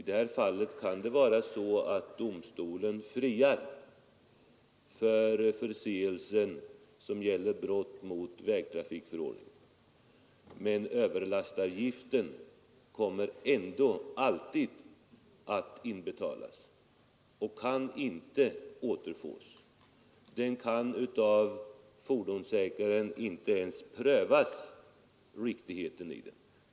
Det kan då vara så att domstolen friar från förseelsen, som gäller brott mot vägtrafikförordningen, men överlastavgiften måste ändå alltid inbetalas och kan inte återfås. Fordonsägaren kan inte ens få riktigheten i den prövad.